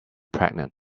pregnant